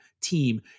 team